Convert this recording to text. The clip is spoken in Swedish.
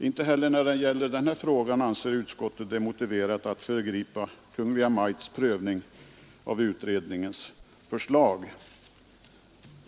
Inte heller när det gäller den här frågan anser utskottet det motiverat att föregripa Kungl. Maj:ts prövning av utredningens förslag.